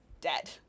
dead